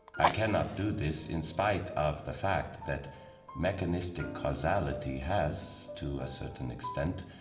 i cannot do this in spite of the fact that mechanistic causality has, to a certain extent,